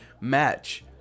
match